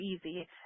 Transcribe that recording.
easy